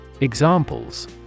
Examples